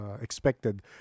expected